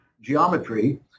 geometry